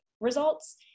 results